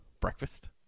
breakfast